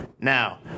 Now